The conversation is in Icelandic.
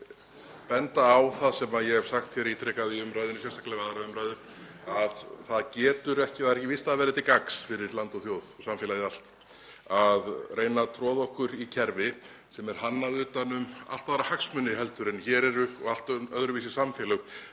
benda á það sem ég hef sagt hér ítrekað í umræðunni, sérstaklega við 2. umræðu, að það er ekki víst að það verði til gagns fyrir land og þjóð og samfélagið allt að reyna að troða okkur í kerfi sem er hannað utan um allt aðra hagsmuni heldur en hér eru og allt öðruvísi samfélög